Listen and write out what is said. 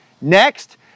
Next